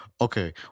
okay